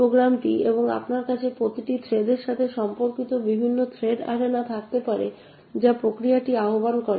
প্রোগ্রামটি এবং আপনার কাছে প্রতিটি থ্রেডের সাথে সম্পর্কিত বিভিন্ন থ্রেড অ্যারেনা থাকতে পারে যা প্রক্রিয়াটি আহ্বান করে